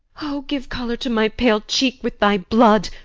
o! give colour to my pale cheek with thy blood,